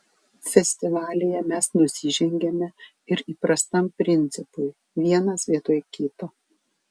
festivalyje mes nusižengiame ir įprastam principui vienas vietoj kito